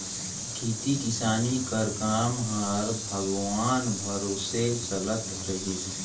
खेती किसानी कर काम हर भगवान भरोसे चलत रहिस